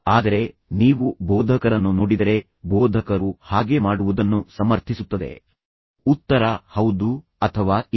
ಆದರೆ ನೀವು ಬೋಧಕರನ್ನು ನೋಡಿದರೆ ಬೋಧಕರು ಹಾಗೆ ಮಾಡುವುದನ್ನು ಸಮರ್ಥಿಸುತ್ತದೆ ಉತ್ತರ ಹೌದು ಅಥವಾ ಇಲ್ಲ